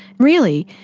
really